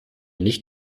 nicht